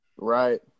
Right